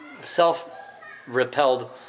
self-repelled